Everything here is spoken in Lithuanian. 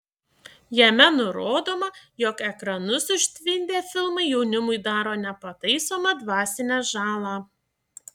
jame nurodoma jog ekranus užtvindę filmai jaunimui daro nepataisomą dvasinę žalą